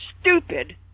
stupid